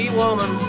woman